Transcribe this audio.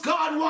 God